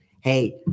Hey